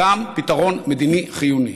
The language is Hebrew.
גם להגיע לפתרון מדיני חיוני.